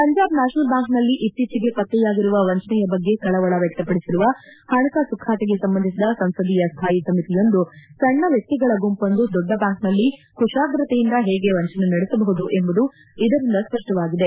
ಪಂಜಾಬ್ ನ್ಲಾಪನಲ್ ಬ್ಲಾಂಕ್ನಲ್ಲಿ ಇತ್ತೀಚೆಗೆ ಪತ್ತೆಯಾಗಿರುವ ವಂಚನೆಯ ಬಗ್ಗೆ ಕಳವಳ ವ್ಯಕ್ತಪಡಿಸಿರುವ ಹಣಕಾಸು ಖಾತೆಗೆ ಸಂಬಂಧಿಸಿದ ಸಂಸದೀಯ ಸ್ವಾಯಿ ಸಮಿತಿಯೊಂದು ಸಣ್ಣ ವ್ಹಕ್ತಿಗಳ ಗುಂಪೊಂದು ದೊಡ್ಡ ಬ್ಲಾಂಕ್ನಲ್ಲಿ ಕುಶಾಗ್ರತೆಯಿಂದ ಹೇಗೆ ವಂಚನೆ ನಡೆಸಬಹುದು ಎಂಬುದು ಇದರಿಂದ ಸ್ಪಷ್ಟವಾಗಿದೆ